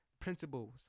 principles